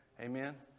Amen